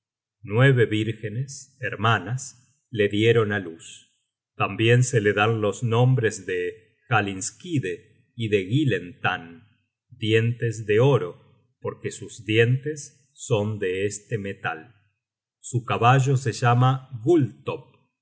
nueve vírgenes hermanas le dieron á luz tambien se le dan los nombres de halinskide y de gylentanne dientes de oro porque sus dientes son de este metal su caballo se llama